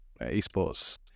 esports